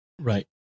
Right